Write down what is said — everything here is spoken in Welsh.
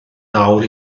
nawr